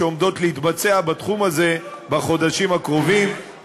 שעומדות להתבצע בתחום הזה בחודשים הקרובים.